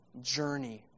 journey